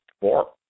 Four